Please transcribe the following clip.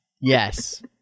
yes